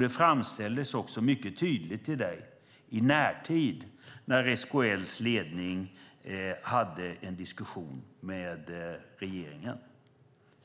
Det framställdes också mycket tydligt till dig i närtid när SKL:s ledning hade en diskussion med regeringen.